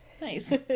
nice